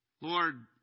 Lord